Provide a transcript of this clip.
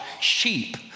sheep